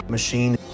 machine